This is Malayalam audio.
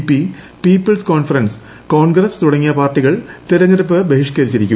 ട്ടി പ്രീപ്പിൾസ് കോൺഫറൻസ് കോൺഗ്രസ് തുടങ്ങിയ പാർട്ടികൾ തെർഞ്ഞെടുപ്പ് ബഹിഷ്ക്കരിച്ചിരുന്നു